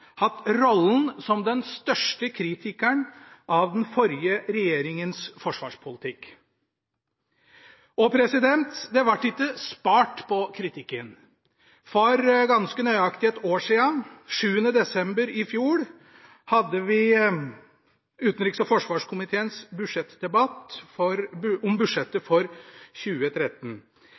hatt rollen som den største kritikeren av den forrige regjeringens forsvarspolitikk. Det ble ikke spart på kritikken. For ganske nøyaktig ett år siden, 7. desember i fjor, hadde vi utenriks- og forsvarskomiteens budsjettdebatt om budsjettet for 2013.